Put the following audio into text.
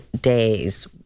days